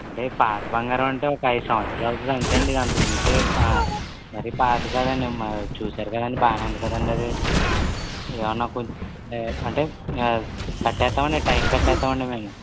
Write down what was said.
అంటే పాత బంగారం అంటే ఒక ఐదు సంవత్సరాలు అవుతుంది అంటే అండి అంతకు మించి మరి పాతది కాదండి చూశారు కదండి బాగా ఉంది కదండి అది ఏమైన కొంచెం ఆ అంటే కట్టేస్తాం అండి టైంకి కట్టేస్తాం మేము